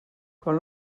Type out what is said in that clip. quan